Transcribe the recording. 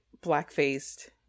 black-faced